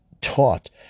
taught